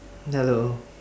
hello